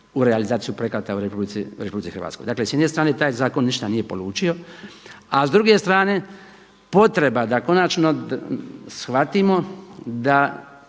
u realizaciju projekata u RH. Dakle s jedne strane taj zakon ništa nije polučio a s druge strane potreba da konačno shvatimo da